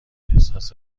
احساس